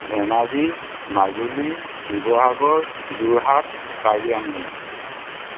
Dhemaji Majuli Sivasagar Jorhat Karbi Anglong